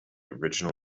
original